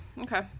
Okay